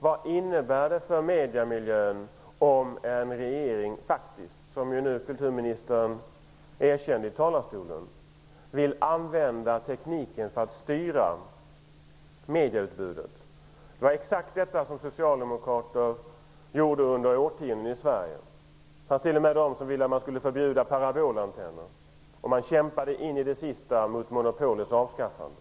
Vad innebär det för mediemiljön om en regering vill använda tekniken för att styra medieutbudet, vilket faktiskt kulturministern nu erkände i talarstolen? Det var exakt det som socialdemokrater gjorde under årtionden i Sverige. Det fanns t.o.m. de som ville att parabolantenner skulle förbjudas. De kämpade in i det sista mot monopolets avskaffande.